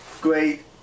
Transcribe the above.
Great